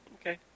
Okay